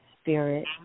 spirit